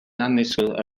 annisgwyl